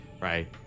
Right